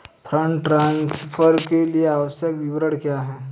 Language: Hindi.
फंड ट्रांसफर के लिए आवश्यक विवरण क्या हैं?